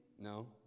No